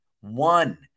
one